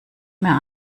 mehr